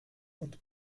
und